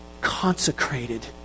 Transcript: consecrated